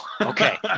Okay